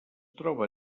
troba